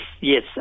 yes